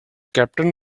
captain